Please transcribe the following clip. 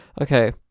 Okay